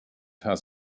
has